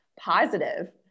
Positive